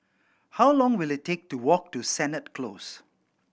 how long will it take to walk to Sennett Close